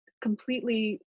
completely